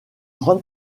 grande